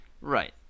right